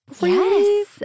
Yes